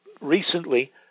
recently